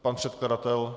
Pan předkladatel?